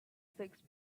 figs